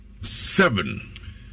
seven